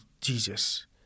Jesus